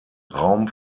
raum